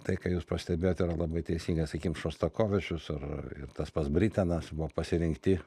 tai ką jūs pastebėjot yra labai teisinga sakykim šostakovičius ar ir tas pats britenas buvo pasirinkti